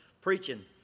preaching